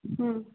হুম